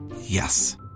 Yes